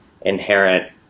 inherent